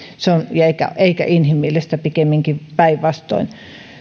eikä inhimillistä pikemminkin päinvastoin me